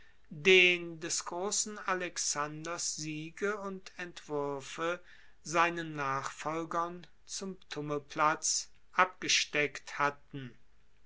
den des grossen alexanders siege und entwuerfe seinen nachfolgern zum tummelplatz abgesteckt hatten